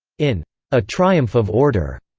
in a triumph of order,